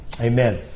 Amen